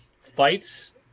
fights